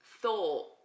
thought